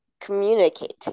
communicate